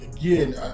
again